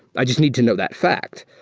i just need to know that fact.